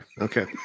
Okay